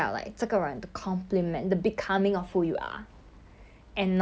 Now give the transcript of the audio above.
orh ya lah I don't like and it's somebody who will co~ like restrict me